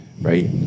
Right